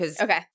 Okay